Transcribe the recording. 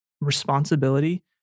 responsibility